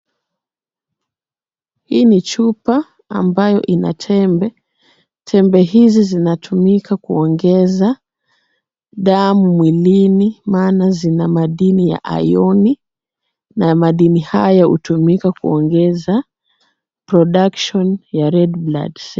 Hii ni chupa ambayo ina tembe. Tembe hizi zinatumika kuongeza damu mwilini maana zina madini ya ioni na madini hayo yanatumika kuongeza production ya red blood cell .